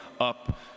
up